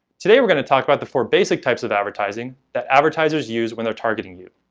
today we're going to talk about the four basic types of advertising that advertisers use when they're targeting you.